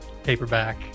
Paperback